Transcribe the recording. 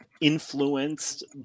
influenced